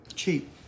cheap